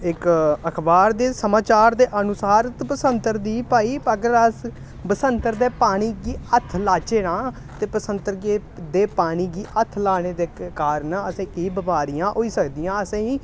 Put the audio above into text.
इक अखबार दे समाचार दे अनुसार ते बसंतर दी भाई अगर अस बसंतर दे पानी गी हत्थ लाचै ना ते बसंतर गे दे पानी गी हत्थ लाने दे कारण असें गी केईं बमारियां होई सकदियां असें गी